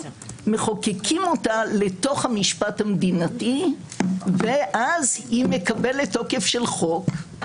מחוקקים אותה לתוך המשפט המדינתי ואז היא מקבלת תוקף של חוק,